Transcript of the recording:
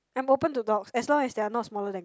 I'm open to dogs as long as they are not smaller than